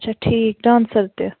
اَچھا ٹھیٖک ڈانسَر تہِ